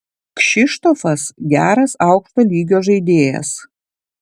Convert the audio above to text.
kšištofas geras aukšto lygio žaidėjas